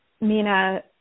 Mina